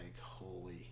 holy